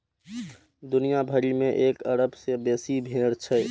दुनिया भरि मे एक अरब सं बेसी भेड़ छै